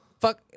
Fuck